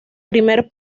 primer